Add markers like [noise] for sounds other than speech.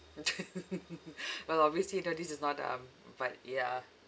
[laughs] well obviously you know this is not um but yeah